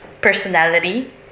personality